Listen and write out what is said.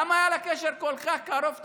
למה היה לה קשר כל כך קרוב,